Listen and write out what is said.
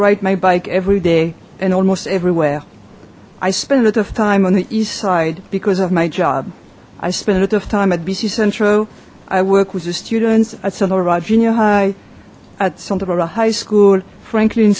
ride my bike every day and almost everywhere i spend a lot of time on the east side because of my job i spent a lot of time at bc central i work with the students at sonora junior high at santipura high school frankly in